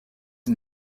and